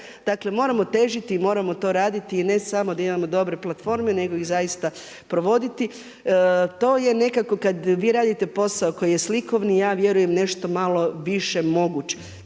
dakle moramo težiti i moramo to raditi i ne samo da imamo dobre platforme nego iz zaista provoditi. To je nekako kada vi radite posao koji je slikovni i ja vjerujem nešto malo više moguć,